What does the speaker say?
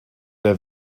der